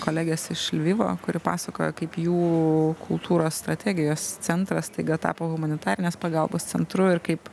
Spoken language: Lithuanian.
kolegės iš lvivo kuri pasakojo kaip jų kultūros strategijos centras staiga tapo humanitarinės pagalbos centru ir kaip